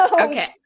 Okay